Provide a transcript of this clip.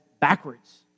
backwards